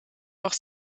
auch